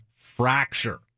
fracture